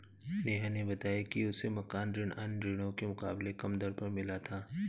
नेहा ने बताया कि उसे मकान ऋण अन्य ऋणों के मुकाबले कम दर पर मिला था